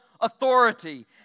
authority